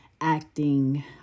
acting